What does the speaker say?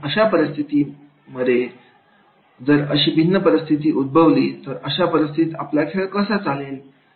आणि अशा भिन्न परिस्थिती उद्भवली तर अशा परिस्थितीत आपला खेळ कसा चालेल